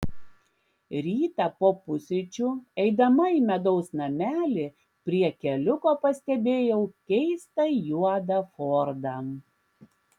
rytą po pusryčių eidama į medaus namelį prie keliuko pastebėjau keistą juodą fordą